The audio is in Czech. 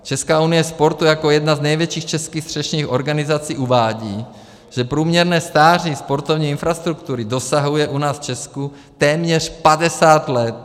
Česká unie sportu jako jedna z největších střešních organizací uvádí, že průměrné stáří sportovní infrastruktury dosahuje u nás v Česku téměř padesát let.